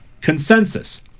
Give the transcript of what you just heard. consensus